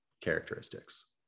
characteristics